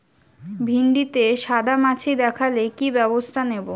ভিন্ডিতে সাদা মাছি দেখালে কি ব্যবস্থা নেবো?